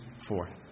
forth